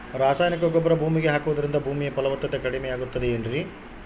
ರಾಸಾಯನಿಕ ಗೊಬ್ಬರ ಭೂಮಿಗೆ ಹಾಕುವುದರಿಂದ ಭೂಮಿಯ ಫಲವತ್ತತೆ ಕಡಿಮೆಯಾಗುತ್ತದೆ ಏನ್ರಿ?